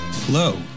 Hello